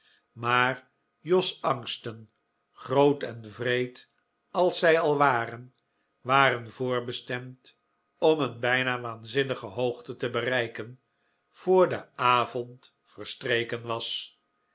maar jos angsten groot en wreed als zij al waren waren voorbestemd om een bijna waanzinnige hoogte te bereiken voor de avond verstreken was